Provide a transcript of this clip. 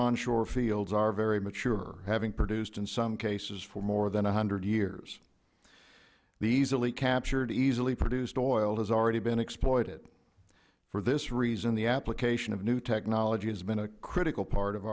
onshore fields are very mature having produced in some cases for more than a hundred years the easily captured easily produced oil has already been exploited for this reason the application of new technology has been a critical part of